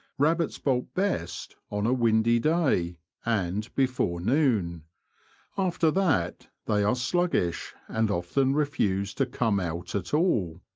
rabbits bolt best on a windy day and before noon after that they are sluggish and often refuse to come out at all.